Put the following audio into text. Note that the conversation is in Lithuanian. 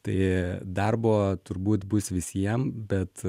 tai darbo turbūt bus visiem bet